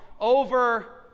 over